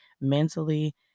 mentally